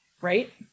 right